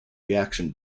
reaction